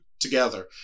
Together